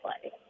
play